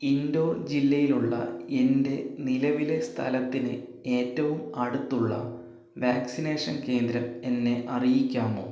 indoor ജില്ലയിലുള്ള എൻ്റെ നിലവിലെ സ്ഥലത്തിന് ഏറ്റവും അടുത്തുള്ള വാക്സിനേഷൻ കേന്ദ്രം എന്നെ അറിയിക്കാമോ